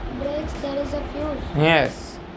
yes